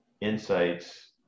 insights